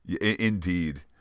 indeed